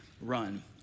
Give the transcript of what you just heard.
run